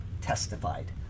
testified